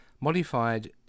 modified